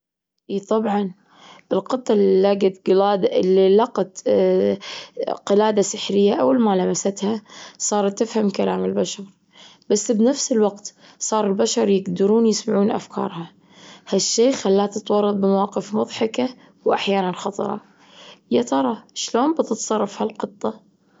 إي طبعًا، القطه اللي لاجت جلادة- اللي لقت قلادة سحرية أول ما لمستها صارت تفهم كلام البشر، بس بنفس الوقت صار البشر يقدرون يسمعون أفكارها. ها الشي خلاها تتورط بمواقف مضحكة وأحيانا خطرة. يا ترى إش لون بتتصرف ها القطة؟